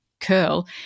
curl